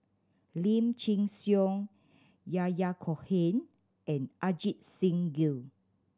Lim Chin Siong Yahya Cohen and Ajit Singh Gill